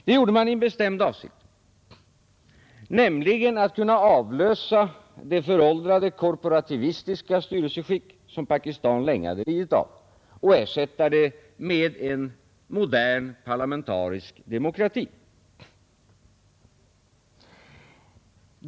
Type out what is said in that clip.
Det gjorde man i en bestämd avsikt: för att kunna avlösa det föråldrade korporativistiska styrelseskick som Pakistan länge hade lidit av och ersätta det med en modern parlamentarisk demokrati.